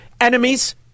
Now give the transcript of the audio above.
enemies